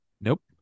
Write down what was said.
Nope